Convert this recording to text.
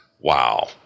wow